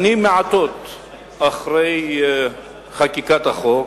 שנים מעטות אחרי חקיקת החוק